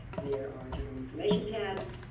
there are general information tabs,